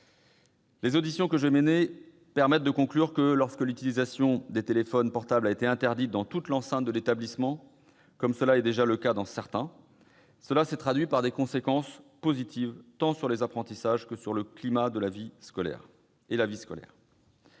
Les auditions que j'ai menées permettent de conclure que, lorsque l'utilisation des téléphones portables a été interdite dans toute l'enceinte de l'établissement, comme c'est déjà le cas dans certains endroits, cela s'est traduit par des conséquences positives tant sur les apprentissages que sur le climat et la vie scolaires.